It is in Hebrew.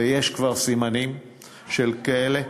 ויש כבר סימנים של כאלה.